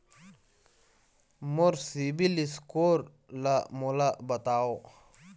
मोर CIBIL score ला मोला बताव?